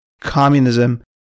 communism